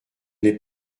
n’est